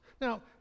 Now